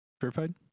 verified